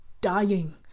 dying